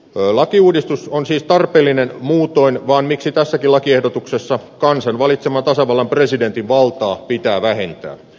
lakiuudistus on siis tarpeellinen muutoin vaan miksi tässäkin lakiehdotuksessa kansan valitseman tasavallan presidentin valtaa pitää vähentää